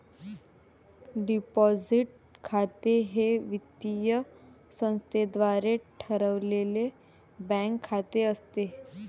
deposit खाते हे वित्तीय संस्थेद्वारे ठेवलेले बँक खाते असते